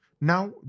Now